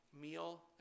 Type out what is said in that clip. meal